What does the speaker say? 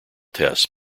tests